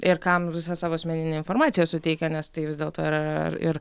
ir kam visą savo asmeninę informaciją suteikia nes tai vis dėlto yra ir